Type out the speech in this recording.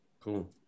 Cool